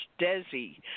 Desi